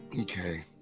Okay